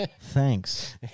Thanks